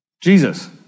Jesus